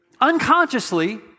Unconsciously